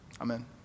Amen